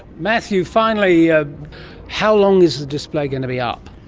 matthew, finally, ah how long is the display going to be up?